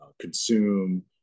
consume